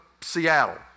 Seattle